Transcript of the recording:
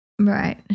Right